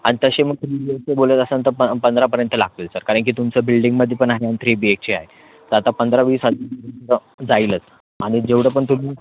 आणि तसे मग तुम्ही जसे बोलत असाल तर पं पंधरापर्यंत लागतील सर कारण की तुमचं बिल्डिंगमध्ये पण आहे आणि थ्री बी एच के आहे तर आता पंधरावीस हजार जाईलच आणि जेवढं पण तुम्ही